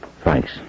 Thanks